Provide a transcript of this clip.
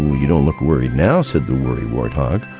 you don't look worried now said the worry warthog.